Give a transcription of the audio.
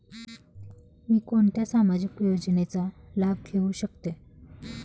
मी कोणत्या सामाजिक योजनेचा लाभ घेऊ शकते?